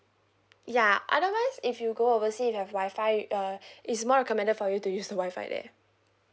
ya otherwise if you go oversea you have wi-fi uh is more recommended for you to use the wi-fi there